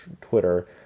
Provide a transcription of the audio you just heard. Twitter